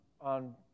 on